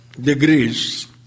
degrees